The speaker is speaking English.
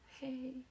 hey